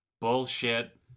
bullshit